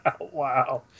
Wow